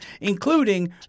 including